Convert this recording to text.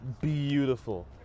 beautiful